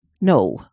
No